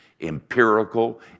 empirical